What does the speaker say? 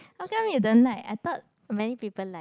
how come you don't like I thought many people like